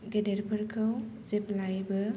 गेदेरफोरखौ जेब्लायबो